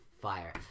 fire